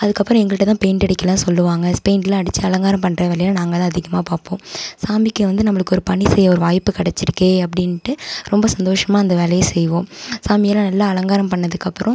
அதுக்கப்புறம் எங்கள்கிட்ட தான் பெயிண்ட் அடிக்கல்லாம் சொல்லுவாங்க பெயிண்டுலாம் அடித்து அலங்காரம் பண்ணுற வேலையும் நாங்கள் தான் அதிகமாக பார்ப்போம் சாமிக்கு வந்து நம்மளுக்கு ஒரு பணி செய்ய ஒரு வாய்ப்பு கடைச்சிருக்கே அப்படின்டு ரொம்ப சந்தோஷமா அந்த வேலையை செய்வோம் சாமி எல்லாம் நல்லா அலங்காரம் பண்ணதுக்கு அப்புறம்